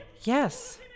yes